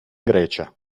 grecia